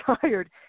tired